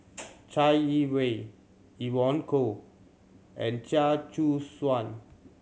Chai Yee Wei Evon Kow and Chia Choo Suan